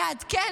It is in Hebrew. אני אעדכן,